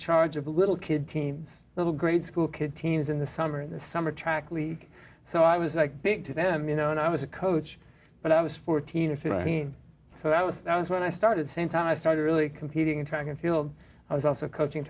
charge of the little kid teams little grade school kid teams in the summer in the summer track league so i was like big to them you know and i was a coach but i was fourteen or fifteen so i was i was when i started the same time i started really competing in track and field i was also coaching